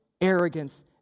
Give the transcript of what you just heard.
arrogance